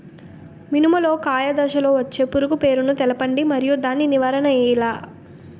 మినుము లో కాయ దశలో వచ్చే పురుగు పేరును తెలపండి? మరియు దాని నివారణ ఎలా?